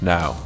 Now